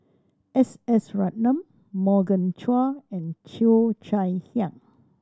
S S Ratnam Morgan Chua and Cheo Chai Hiang